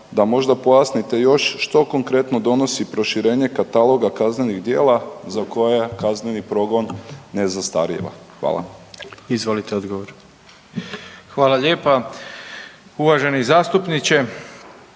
da možda pojasnite još što konkretno donosi proširenje kataloga kaznenih djela za koje kazneni progon je zastarijeva. Hvala. **Jandroković, Gordan (HDZ)** Izvolite